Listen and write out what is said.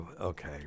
okay